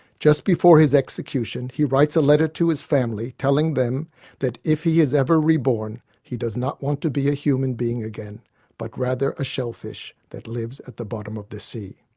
just before his execution, he writes a letter to his family telling them that if he is ever reborn he does not want to be a human being again but rather a shellfish that lives at the bottom of the sea.